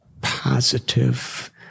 positive